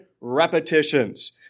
repetitions